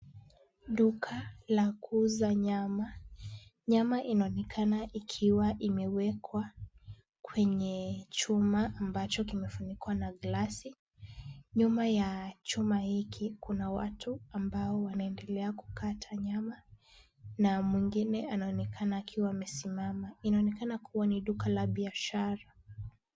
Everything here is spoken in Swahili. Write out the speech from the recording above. Duka la kuuza nyama. Nyama inaonekana ikiwa imewekwa kwenye chuma ambacho kimefunikwa na glasi. Nyuma ya chuma hiki kuna watu ambao wanaendelea kukata nyama na mwingine anaonekana akiwa amesimama. Inaonekana kuwa ni duka la biashara.